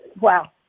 Wow